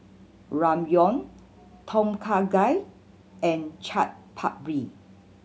Ramyeon Tom Kha Gai and Chaat Papri